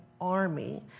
army